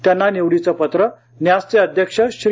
त्यांना निवडीचे पत्र न्यासचे अध्यक्ष श्री